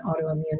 autoimmune